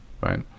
right